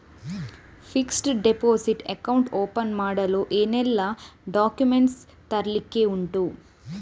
Fixed deposit account open ಮಾಡಲು ಏನೆಲ್ಲಾ documents ತರ್ಲಿಕ್ಕೆ ಉಂಟು?